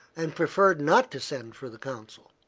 and preferred not to send for the consul.